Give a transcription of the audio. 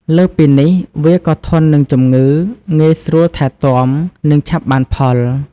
លើសពីនេះ វាក៏ធន់នឹងជំងឺ ងាយស្រួលថែទាំ និងឆាប់បានផល។